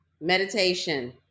Meditation